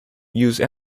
use